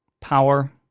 power